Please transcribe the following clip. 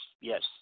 yes